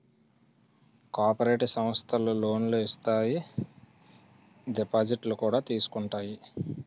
cooperative సమస్థలు లోనులు ఇత్తాయి దిపాజిత్తులు కూడా తీసుకుంటాయి